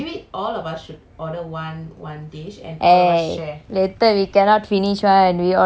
eh later we cannot finish one and we always very ambitious